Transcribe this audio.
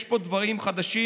יש פה דברים חדשים